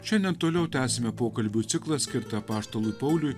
šiandien toliau tęsime pokalbių ciklą skirtą apaštalui pauliui